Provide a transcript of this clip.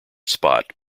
spot